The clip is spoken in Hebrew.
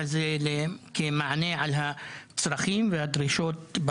כחצי מהעולם בשנת 2022 הגיעו עם אשרת עולה.